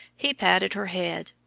he patted her head,